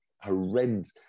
horrendous